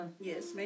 Yes